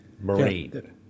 Marine